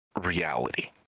reality